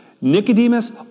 Nicodemus